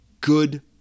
good